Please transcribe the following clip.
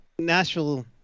Nashville